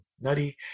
nutty